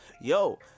yo